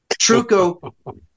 Truco –